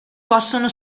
possono